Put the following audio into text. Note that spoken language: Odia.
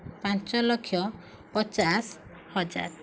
ପାଞ୍ଚ ଲକ୍ଷ ପଚାଶ ହଜାର